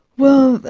well,